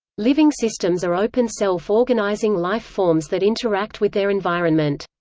living systems are open self-organizing life forms that interact with their environment.